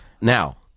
Now